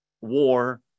war